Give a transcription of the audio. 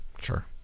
Sure